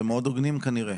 אתם מאוד הוגנים כנראה.